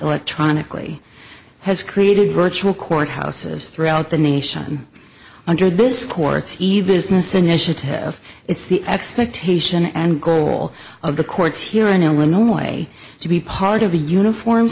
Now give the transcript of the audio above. electronically has created virtual courthouses throughout the nation under this court's even business initiative it's the expectation and goal of the courts here in illinois to be part of a uniform